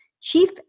Chief